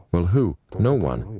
well, who? no one.